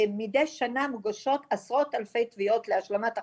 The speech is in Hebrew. מידי בשנה מוגשות עשרות אלפי תביעות להשלמת הכנסה,